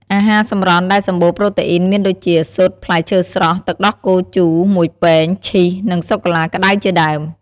អាហារសម្រន់ដែលសម្បូរប្រូតេអ៊ីនមានដូចជា ស៊ុត ផ្លែឈើស្រស់ ទឹកដោះគោជូរមួយពែង ឈីស និងសូកូឡាក្តៅជាដើម។